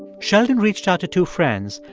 sheldon reached out to two friends,